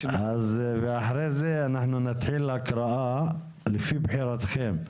ואחרי זה אנחנו נתחיל הקראה, לפי בחירתכם.